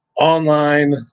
online